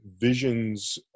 visions